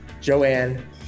Joanne